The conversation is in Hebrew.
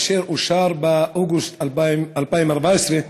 אשר אושר באוגוסט 2014,